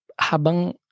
Habang